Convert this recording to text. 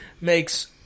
Makes